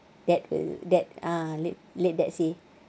that will that ah let let that say